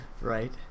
Right